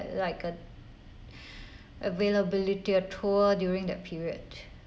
like uh availability tour during that period